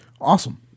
Awesome